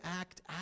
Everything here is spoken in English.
act